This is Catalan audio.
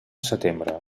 setembre